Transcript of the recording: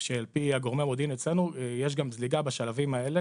שעל פי גורמי המודיעין אצלנו יש גם זליגה בשלבים האלה,